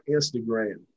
Instagram